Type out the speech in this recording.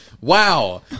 Wow